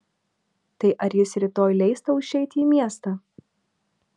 tai ar jis rytoj leis tau išeiti į miestą